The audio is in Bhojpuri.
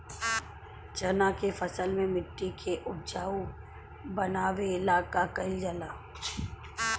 चन्ना के फसल में मिट्टी के उपजाऊ बनावे ला का कइल जाला?